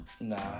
nah